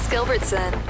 Gilbertson